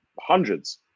hundreds